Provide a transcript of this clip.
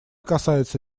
касается